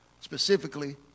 specifically